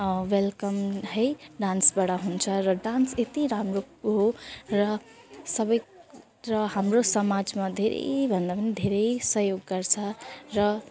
welcome है डान्सबाट हुन्छ र डान्स यत्ति राम्रो हो र सबै र हाम्रो समाजमा धेरैभन्दा पनि धेरै सहयोग गर्छ र